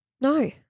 No